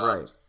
Right